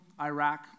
Iraq